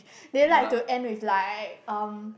they like to end with like um